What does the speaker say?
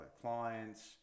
clients